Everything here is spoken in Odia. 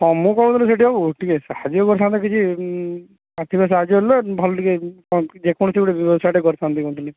ହଁ ମୁଁ କହୁଥିଲି କି ସେଠୀ ବାବୁ ଟିକେ ସାହାଯ୍ୟ କରିଥାନ୍ତେ କିଛି ଆର୍ଥିକ ସାହାଯ୍ୟ ହେଲେ ଭଲ୍ ଟିକେ ଯେ କୌଣସି ଗୋଟେ ବ୍ୟବସାୟଟେ କରିଥାନ୍ତି କହୁଥିଲି